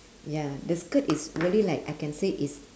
ya the skirt is really like I can say is